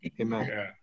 Amen